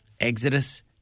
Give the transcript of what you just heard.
Exodus